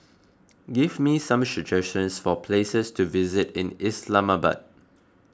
give me some suggestions for places to visit in Islamabad